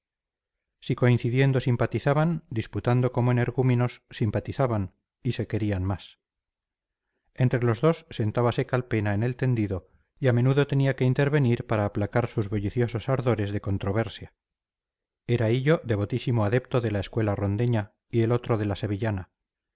si coincidiendo simpatizaban disputando como energúmenos simpatizaban y se querían más entre los dos sentábase calpena en el tendido y a menudo tenía que intervenir para aplacar sus bulliciosos ardores de controversia era hillo devotísimo adepto de la escuela rondeña y el otro de la sevillana